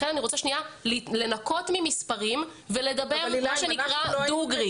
לכן אני רוצה לנקות ממספרים ולדבר דוגרי.